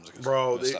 bro